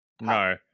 No